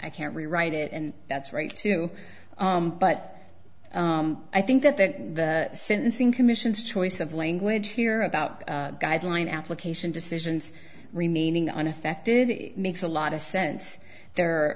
i can't rewrite it and that's right too but i think that the sentencing commission's choice of language hereabout guideline application decisions remaining unaffected makes a lot of sense there